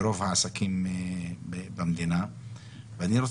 שאדם כזה יהיה חולה והוא ייבדק אחרים ואנחנו מדברים